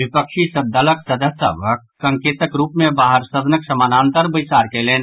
विपक्षी दलक सदस्य सभ संकेतक रूप मे बाहर सदनक समानांतर बैसार कयलनि